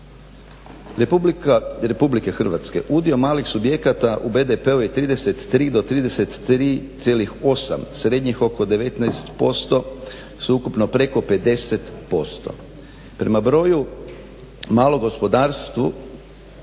sustava RH udio malih subjekata u BDP-u je 33-33,8, srednjih oko 19% sveukupno preko 50%. Prema broju malom gospodarstvu